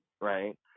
right